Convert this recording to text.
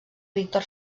víctor